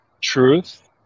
Truth